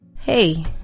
Hey